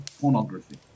pornography